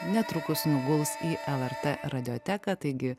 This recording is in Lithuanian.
netrukus nuguls į lrt radijo teka taigi